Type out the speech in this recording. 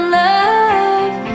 love